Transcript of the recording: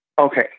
Okay